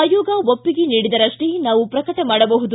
ಆಯೋಗ ಒಪ್ಪಿಗೆ ನೀಡಿದರಷ್ಟೇ ನಾವು ಪ್ರಕಟ ಮಾಡಬಹುದು